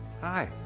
Hi